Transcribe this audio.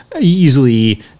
easily